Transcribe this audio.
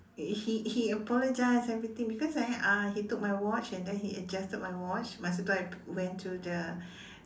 he he apologized everything because eh uh he took my watch and then he adjusted my watch masa itu I went to the